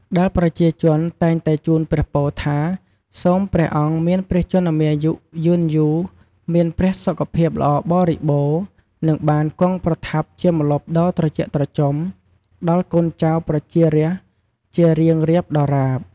ដែលប្រជាជនតែងតែ ជូនព្រះពរ ថា សូមព្រះអង្គមានព្រះជន្មាយុយឺនយូរ មានព្រះសុខភាពល្អបរិបូរណ៍ និងបាន គង់ប្រថាប់ជាម្លប់ដ៏ត្រជាក់ត្រជុំ ដល់ កូនចៅប្រជារាស្ត្រជារៀងរាបដរាប។